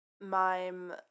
mime